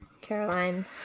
Caroline